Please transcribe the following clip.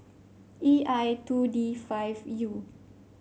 E I two D five U